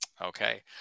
okay